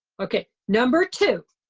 okay, number two.